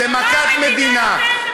זו מכת מדינה.